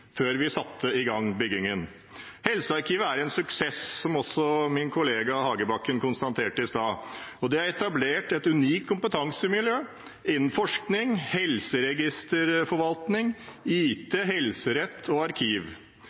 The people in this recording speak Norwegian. før vi satte i gang byggingen. Helsearkivet er en suksess, som også min kollega Hagebakken konstaterte i stad. Det er etablert et unikt kompetansemiljø innen forskning, helseregisterforvaltning, IT, helserett og arkiv.